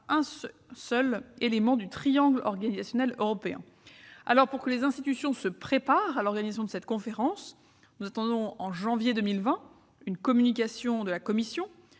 un seul élément du triangle organisationnel européen. Alors que les institutions se préparent à l'organisation de cette conférence- nous attendons une communication de la Commission